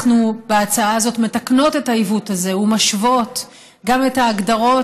בהצעה הזאת אנחנו מתקנות את העיוות הזה ומשוות גם את ההגדרות